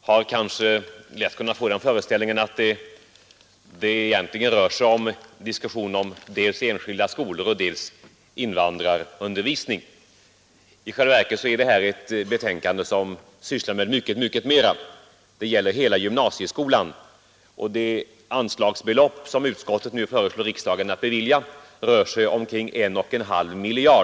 har kanske lätt kunnat få den föreställningen att detta egentligen är en diskussion om dels enskilda skolor, dels invandrarundervisning. I själva verket handlar förevarande utskottsbetänkande om mycket mera; det gäller hela gymnasieskolan. Det anslagsbelopp som utskottet föreslår riksdagen att bevilja rör sig om en och en halv miljard.